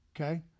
okay